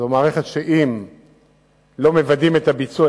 זו מערכת שאם לא מוודאים את הביצוע,